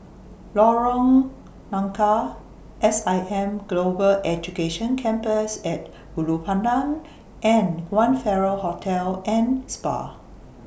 Lorong Nangka S I M Global Education Campus At Ulu Pandan and one Farrer Hotel and Spa